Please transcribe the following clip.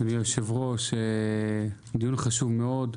אדוני היושב-ראש, הדיון חשוב מאוד.